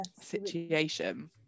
situation